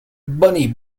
bunny